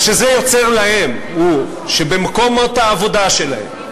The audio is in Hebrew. מה שזה יוצר להם הוא שבמקומות העבודה שלהם,